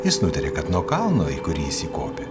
jis nutarė kad nuo kalno į kurį jis įkopė